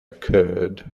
occurred